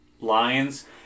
lines